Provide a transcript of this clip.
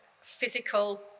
physical